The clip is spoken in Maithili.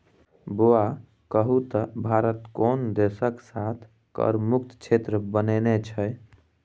बौआ कहु त भारत कोन देशक साथ कर मुक्त क्षेत्र बनेने छै?